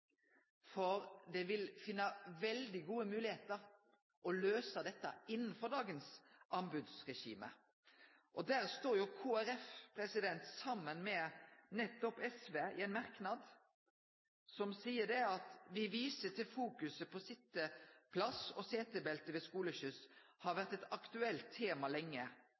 for ein vil finne veldig gode moglegheiter til å løyse dette innanfor dagens anbodsregime. Der står Kristeleg Folkeparti saman med nettopp SV i ein merknad der me «viser til at fokuset på sitteplass og setebelte ved skoleskyss har vært et aktuelt tema lenge,